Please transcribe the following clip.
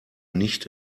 nicht